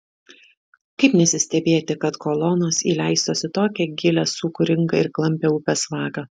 kaip nesistebėti kad kolonos įleistos į tokią gilią sūkuringą ir klampią upės vagą